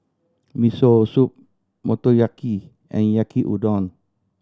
Miso Soup Motoyaki and Yaki Udon